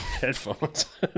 headphones